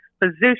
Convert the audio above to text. position